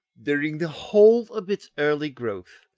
during the whole of its early growth,